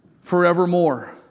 forevermore